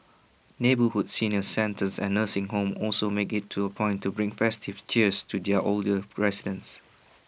neighbourhood senior centres and nursing homes also make IT to A point to bring festive cheer to their older residents